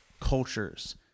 cultures